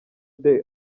day